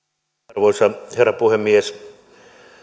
arvoisa herra puhemies